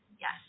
Yes